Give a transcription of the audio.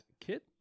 Kit